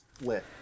lit